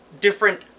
different